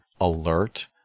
alert